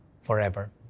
forever